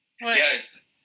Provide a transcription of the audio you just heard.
Yes